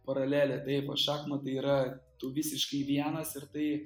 paralelė taip o šachmatai yra tu visiškai vienas ir tai